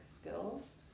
skills